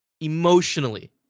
Emotionally